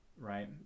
right